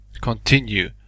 Continue